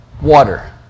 water